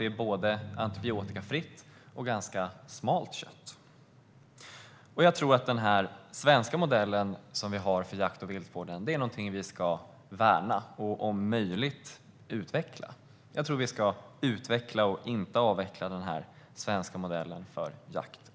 Det är ju både antibiotikafritt och ganska magert. Vår svenska modell för jakt och viltvård ska vi värna. Vi ska utveckla och inte avveckla den.